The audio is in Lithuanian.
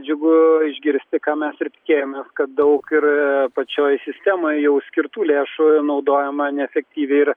džiugu išgirsti ką mes ir tikėjomės kad daug ir pačioj sistemoj jau skirtų lėšų naudojama neefektyviai ir